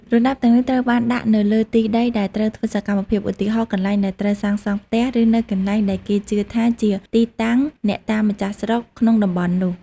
រណ្តាប់ទាំងនេះត្រូវបានដាក់នៅលើទីដីដែលត្រូវធ្វើសកម្មភាព ឧទាហរណ៍ កន្លែងដែលត្រូវសាងសង់ផ្ទះ ឬនៅកន្លែងដែលគេជឿថាជាទីតាំងអ្នកតាម្ចាស់ស្រុកក្នុងតំបន់នោះ។